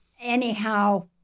anyhow